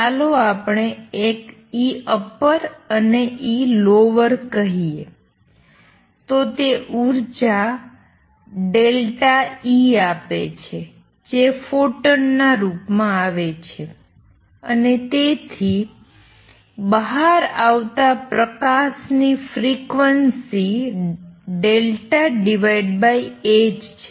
ચાલો આપણે એક Eupper ને Elower કહીએ તો તે ઉર્જા ડેલ્ટા∆ E આપે છે જે ફોટોનના રૂપમાં આવે છે અને તેથી બહાર આવતા પ્રકાશ ની ફ્રિક્વન્સી ∆h છે